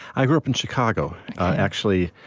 i grew up in chicago actually,